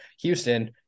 Houston